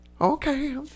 Okay